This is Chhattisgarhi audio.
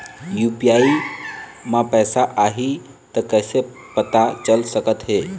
यू.पी.आई म पैसा आही त कइसे पता चल सकत हे?